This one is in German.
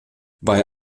bei